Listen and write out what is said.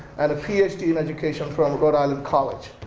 and a phd in education from rhode island college.